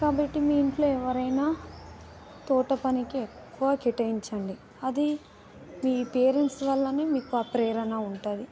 కాబట్టి మీ ఇంట్లో ఎవరైనా తోట పనికి ఎక్కువ కేటాయించండి అది మీ పేరెంట్స్ వల్లనే మీకు ఆ ప్రేరణ ఉంటుంది